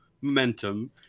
momentum